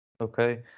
Okay